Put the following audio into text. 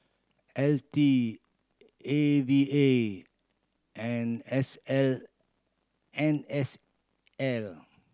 L T A V A and S L N S L